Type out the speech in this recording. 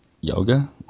Yoga